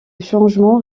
changement